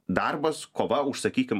darbas kova už sakykim